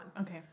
Okay